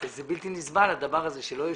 זה בלתי נסבל הדבר הזה שלא יושבים.